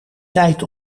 tijd